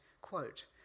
quote